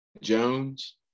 Jones